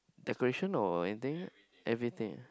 decoration or I think everything